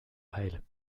heil